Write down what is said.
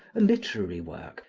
a literary work,